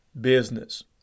business